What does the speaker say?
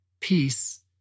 peace